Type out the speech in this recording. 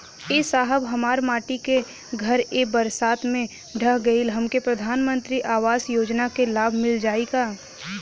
ए साहब हमार माटी क घर ए बरसात मे ढह गईल हमके प्रधानमंत्री आवास योजना क लाभ मिल जाई का?